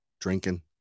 Drinking